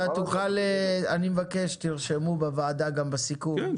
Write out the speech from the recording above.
אני מבקש שתרשמו בוועדה גם בסיכום -- כן,